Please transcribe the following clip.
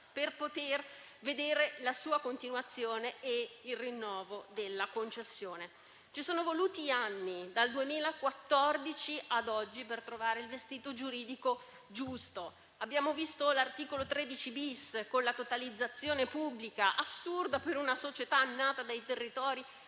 per poter vedere la sua continuazione e il rinnovo della concessione. Ci sono voluti anni, dal 2014 ad oggi, per trovare il vestito giuridico giusto. Abbiamo visto l'articolo 13-*bis*, con la totalizzazione pubblica, assurda per una società nata dai territori